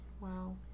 Wow